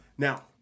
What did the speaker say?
Now